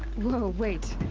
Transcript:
woah, wait.